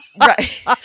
right